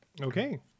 Okay